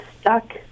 stuck